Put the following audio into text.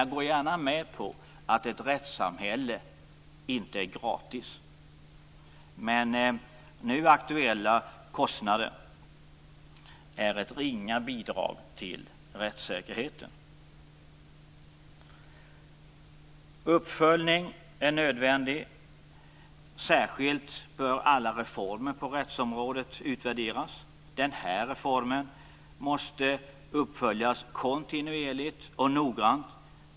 Jag går gärna med på att ett rättssamhälle inte är gratis, men nu aktuella kostnader är ett ringa bidrag till rättssäkerheten. Uppföljning är nödvändig. Särskilt alla reformer på rättsområdet bör utvärderas. Denna reform måste följas upp kontinuerligt och noggrant.